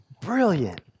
brilliant